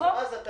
להציע